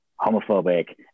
homophobic